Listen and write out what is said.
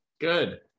good